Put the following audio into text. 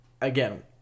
Again